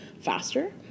faster